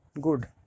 good